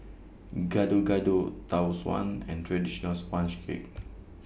Gado Gado Tau Suan and Traditional Sponge Cake